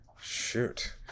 Shoot